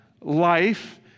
life